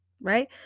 Right